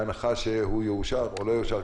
בהנחה שהוא יאושר או לא יאושר,